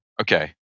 Okay